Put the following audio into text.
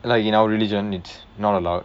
like in our religion it's not allowed